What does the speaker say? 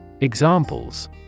Examples